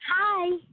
Hi